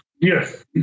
Yes